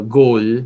goal